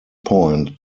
point